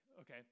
okay